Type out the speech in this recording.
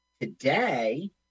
Today